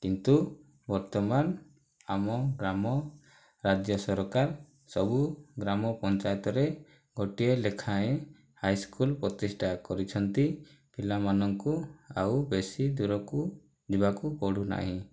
କିନ୍ତୁ ବର୍ତ୍ତମାନ ଆମ ଗ୍ରାମ ରାଜ୍ୟ ସରକାର ସବୁ ଗ୍ରାମପଞ୍ଚାୟତରେ ଗୋଟିଏ ଲେଖାଏଁ ହାଇସ୍କୁଲ ପ୍ରତିଷ୍ଠା କରିଛନ୍ତି ପିଲାମାନଙ୍କୁ ଆଉ ବେଶି ଦୂରକୁ ଯିବାକୁ ପଡ଼ୁନାହିଁ